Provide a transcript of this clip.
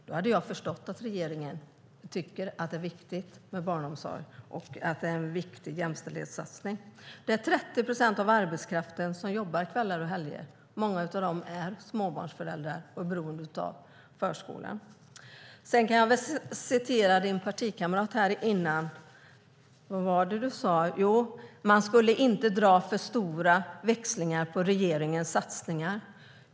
Då hade jag förstått att regeringen tycker att det är viktigt med barnomsorg och att det är en viktig jämställdhetssatsning. Det är 30 procent av arbetskraften som jobbar kvällar och helger, och många av dem är småbarnsföräldrar som är beroende av förskolan. Din partikamrat sade tidigare att man inte skulle dra för stora växlar på regeringens satsningar.